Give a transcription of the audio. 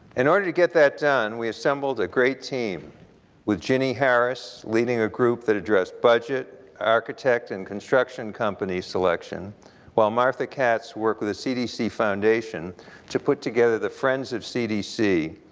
in order to get that done, we assembled a great team with ginny harris leading a group that addressed budget, architect and construction company selection while martha katz worked with the cdc foundation to put together the friends of cdc,